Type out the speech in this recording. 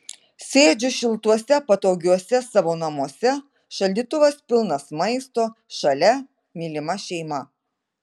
sėdžiu šiltuose patogiuose savo namuose šaldytuvas pilnas maisto šalia mylima šeima